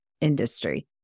industry